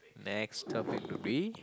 next topic will be